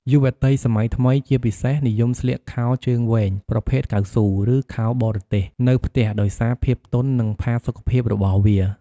យុវតីសម័យថ្មី ជាពិសេស និយមស្លៀកខោជើងវែងប្រភេទកៅស៊ូ ឬខោបរទេសនៅផ្ទះដោយសារភាពទន់ និងផាសុកភាពរបស់វា។